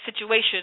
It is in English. situation